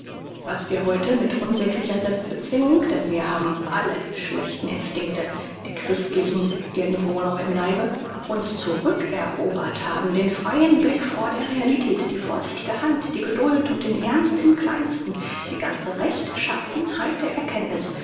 was wir heute mit unsäglicher selbstbezwingung denn wir haben alle die schlechten instinkte die christlichen irgendwie noch im leibe uns zurückerobert haben den freien blick vor der realität die vorsichtige hand die geduld und den ernst im kleinsten die ganze rechtschaffenheit der erkenntniß